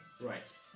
Right